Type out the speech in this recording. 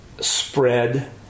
spread